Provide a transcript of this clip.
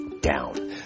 down